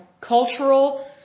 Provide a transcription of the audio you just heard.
cultural